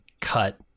cut